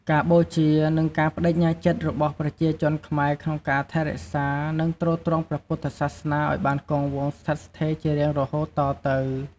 ការបូជា និងការប្តេជ្ញាចិត្តរបស់ប្រជាជនខ្មែរក្នុងការថែរក្សា និងទ្រទ្រង់ព្រះពុទ្ធសាសនាឱ្យបានគង់វង្សស្ថិតស្ថេរជារៀងរហូតតទៅ។